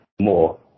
more